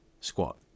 Squat